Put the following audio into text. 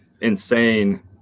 insane